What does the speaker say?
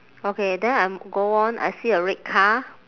okay then I'm go on I see a red car